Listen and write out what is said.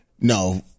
No